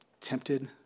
tempted